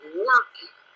working